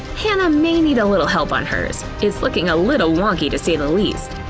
hannah may need a little help on hers, it's looking a little wonky to say the least.